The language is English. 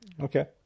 Okay